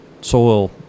soil